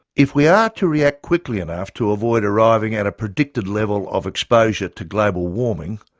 if we are to react quickly enough to avoid arriving at a predicted level of exposure to global warming,